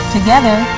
Together